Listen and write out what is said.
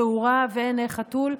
תאורה ועיני חתול.